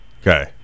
Okay